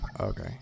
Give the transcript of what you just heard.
Okay